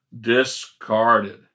discarded